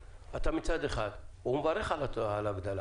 מצד אחד, הוא מברך על ההגדלה,